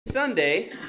Sunday